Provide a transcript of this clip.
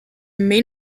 main